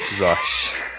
Rush